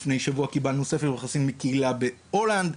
לפני שבוע קיבלנו ספר יוחסין מקהילה בהולנד.